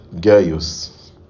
Gaius